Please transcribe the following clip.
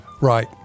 Right